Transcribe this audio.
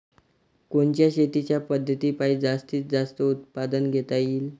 कोनच्या शेतीच्या पद्धतीपायी जास्तीत जास्त उत्पादन घेता येईल?